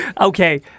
okay